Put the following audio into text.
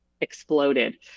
exploded